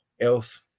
else